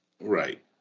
right